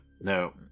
No